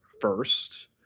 first